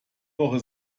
woche